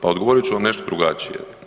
Pa odgovorit ću vam nešto drugačije.